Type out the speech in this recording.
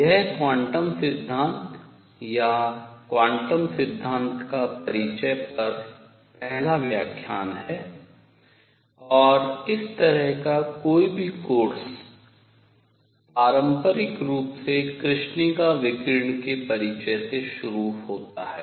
यह क्वांटम सिद्धांत या क्वांटम सिद्धांत का परिचय पर पहला व्याख्यान है और इस तरह का कोई भी कोर्स पारंपरिक रूप से कृष्णिका विकिरण के परिचय से शुरू होता है